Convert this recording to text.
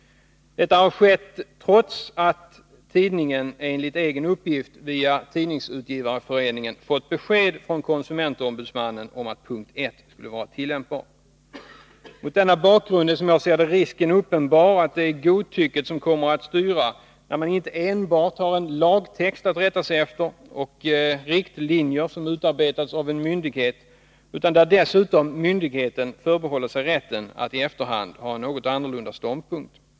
Detta har skett trots att tidningen enligt egen uppgift via Tidningsutgivareföreningen fått besked från konsumentombudsmannen om att punkt 1 skulle vara tillämpbar. Mot denna bakgrund är, som jag ser det, risken uppenbar att det är godtycket som kommer att styra, dvs. när man inte enbart har en lagtext och riktlinjer som har utarbetats av en myndighet att rätta sig efter utan myndigheten dessutom förbehåller sig rätten att i efterhand ha en annan ståndpunkt.